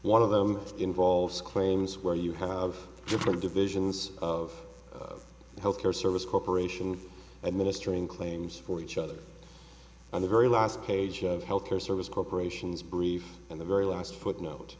one of them involves claims where you have different divisions of health care service corporation administering claims for each other on the very last page of health care service corporation's brief and the very last footnote